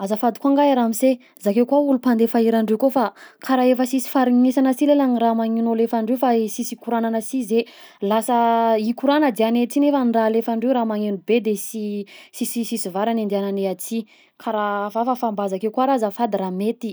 Azafady koa nga e ramose zakay koa olo mpandeha hirandreo akeo fa karaha efa sisy faharignesana si le lah raha magnegno alefandreo fa sisy hikoragnana si zay, lasa hikoragna diagnay aty nefa ny raha alefandreo raha magnegno be de sy sisisi- sisy varany andehagnanay aty, ka raha hafahafa fa mba zakay koa raha za azafady raha mety.